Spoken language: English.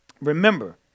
Remember